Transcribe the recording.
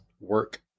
work